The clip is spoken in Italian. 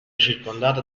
circondata